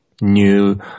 new